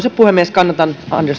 puhemies kannatan